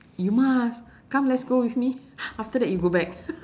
you must come let's go with me after that you go back